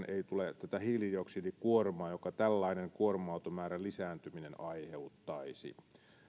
ei myöskään tule tätä hiilidioksidikuormaa jonka tällainen kuorma automäärän lisääntyminen aiheuttaisi